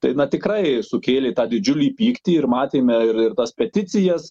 tai tikrai sukėlė tą didžiulį pyktį ir matėme ir ir tas peticijas